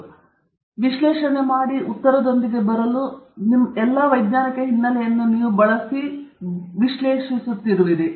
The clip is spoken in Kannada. ಹಾಗಾಗಿ ವಿಶ್ಲೇಷಣೆ ಮಾಡಲು ಮತ್ತು ಉತ್ತರದೊಂದಿಗೆ ಬರಲು ನಿಮ್ಮ ಎಲ್ಲಾ ವೈಜ್ಞಾನಿಕ ಹಿನ್ನೆಲೆಯನ್ನು ನೀವು ಬಳಸುತ್ತಿರುವಿರಿ ಎಂದು ನೀವು ವಿಶ್ಲೇಷಿಸುತ್ತಿರುವಿರಿ